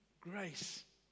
Grace